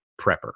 prepper